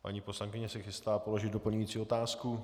Paní poslankyně se chystá položit doplňující otázku.